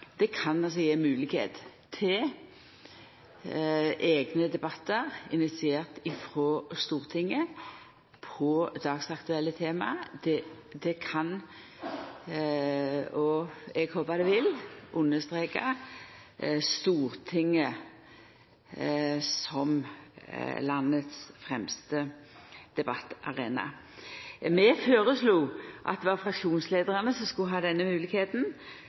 Det kan altså gje moglegheit for eigne debattar initierte frå Stortinget om dagsaktuelle tema. Det kan – og eg håpar det vil – understreka Stortinget som den fremste debattarenaen i landet. Vi føreslo at det var fraksjonsleiarane som skulle ha denne